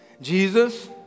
Jesus